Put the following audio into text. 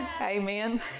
Amen